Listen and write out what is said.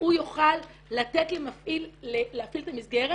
והוא יוכל לתת למפעיל להפעיל את המסגרת